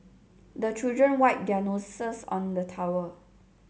the children wipe their noses on the towel